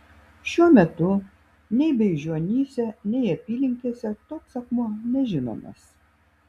šiuo metu nei beižionyse nei apylinkėse toks akmuo nežinomas